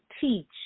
teach